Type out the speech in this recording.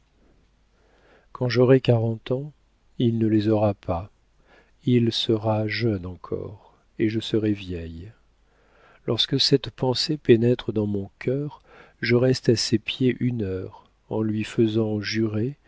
quand j'aurai quarante ans il ne les aura pas il sera jeune encore et je serai vieille lorsque cette pensée pénètre dans mon cœur je reste à ses pieds une heure en lui faisant jurer